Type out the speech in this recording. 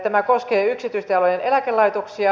tämä koskee yksityisten alojen eläkelaitoksia